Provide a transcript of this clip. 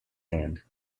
hand